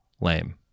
lame